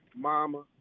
mama